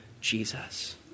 Jesus